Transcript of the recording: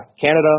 Canada